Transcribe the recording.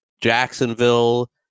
Jacksonville